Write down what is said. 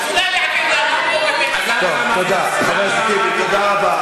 אז אולי, חבר הכנסת אחמד טיבי, תודה רבה.